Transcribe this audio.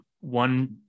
one